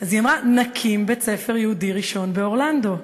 אז היא אמרה: נקים בית-ספר יהודי ראשון באורלנדו.